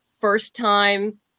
first-time